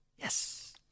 Yes